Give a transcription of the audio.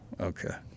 Okay